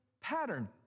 pattern